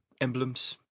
Emblems